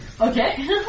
Okay